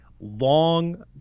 long